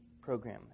Program